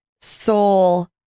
soul